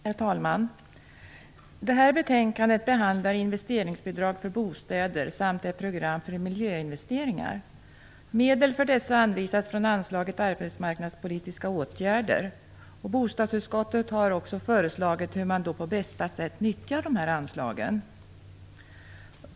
Herr talman! I detta betänkande behandlas investeringsbidrag för bostäder samt ett program för miljöinvesteringar. Medel för dessa anvisas från anslaget Arbetsmarknadspolitiska åtgärder. Bostadsutskottet har också föreslagit hur man på bästa sätt nyttjar anslagen.